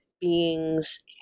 beings